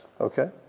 okay